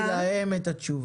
-- אז אמרתי להם את התשובה,